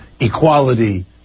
equality